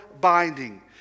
binding